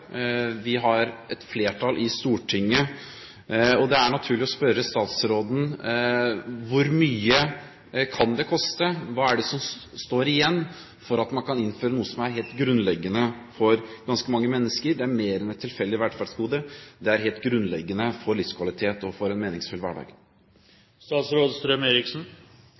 Vi har et flertall i Stortinget. Og det er naturlig å spørre statsråden: Hvor mye kan det koste? Hva er det som står igjen for at man kan innføre noe som er helt grunnleggende for ganske mange mennesker? Det er mer enn et tilfeldig velferdsgode. Det er helt grunnleggende for livskvalitet og for en meningsfull